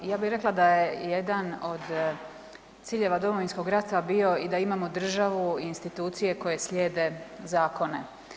Ja bih rekla da je jedan do ciljeva Domovinskog rata bio da imamo državu i institucije koje slijede zakone.